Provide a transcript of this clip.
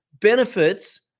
benefits